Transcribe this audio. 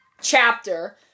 chapter